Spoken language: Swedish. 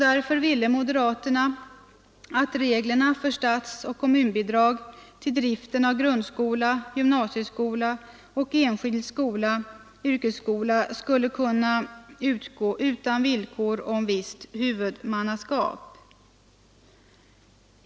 Därför ville moderaterna att reglerna för statsoch kommunbidrag till driften av grundskola, gymnasieskola och enskild yrkesskola skulle kunna utgå utan villkor om visst huvudmannaskap.